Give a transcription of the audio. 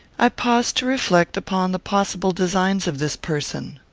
i paused to reflect upon the possible designs of this person.